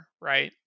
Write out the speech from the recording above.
right